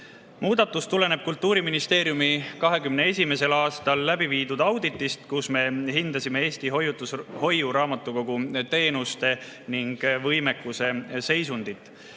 Muudatus tuleneb Kultuuriministeeriumi 2021. aastal läbiviidud auditist, kus me hindasime Eesti Hoiuraamatukogu teenuste ning võimekuse seisundit.